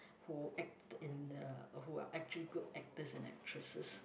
who act in uh who are actually good actors and actresses